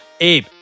Abe